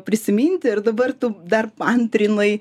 prisiminti ir dabar tu dar paantrinai